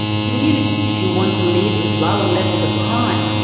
communities who want to live with lower levels of crime,